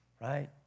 right